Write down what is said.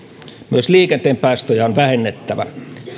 myös liikenteen päästöjä on vähennettävä